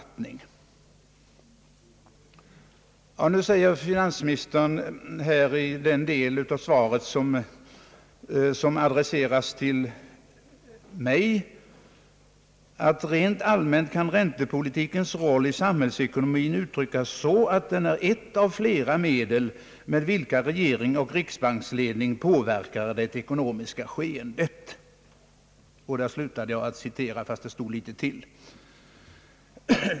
Nu säger finansministern i den del av svaret som adresseras till mig: »Rent allmänt kan räntepolitikens roll i samhällsekonomien uttryckas så att den är ett av flera medel med vilka regering och riksbanksledning påverkar det ekonomiska skeendet» — där slutar jag att citera fastän det stod litet till.